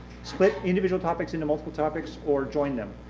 split individual topics into multiple topics or join them.